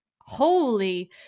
Holy